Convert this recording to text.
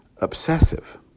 obsessive